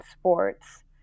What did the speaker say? sports